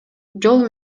жол